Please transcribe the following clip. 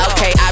Okay